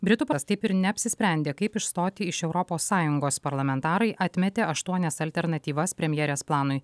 britų taip ir neapsisprendė kaip išstoti iš europos sąjungos parlamentarai atmetė aštuonias alternatyvas premjerės planui